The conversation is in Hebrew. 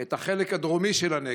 את החלק הדרומי של הנגב,